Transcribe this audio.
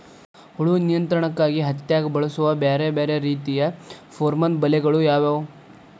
ಹುಳು ನಿಯಂತ್ರಣಕ್ಕಾಗಿ ಹತ್ತ್ಯಾಗ್ ಬಳಸುವ ಬ್ಯಾರೆ ಬ್ಯಾರೆ ರೇತಿಯ ಪೋರ್ಮನ್ ಬಲೆಗಳು ಯಾವ್ಯಾವ್?